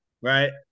Right